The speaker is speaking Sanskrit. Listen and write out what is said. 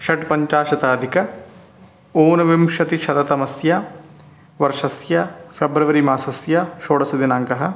षट्पञ्चाशताधिक ऊनविंशतिशततमवर्षस्य फ़ेब्रवरि मासस्य षोडशदिनाङ्कः